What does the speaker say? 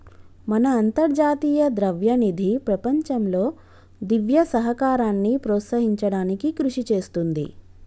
మన అంతర్జాతీయ ద్రవ్యనిధి ప్రపంచంలో దివ్య సహకారాన్ని ప్రోత్సహించడానికి కృషి చేస్తుంది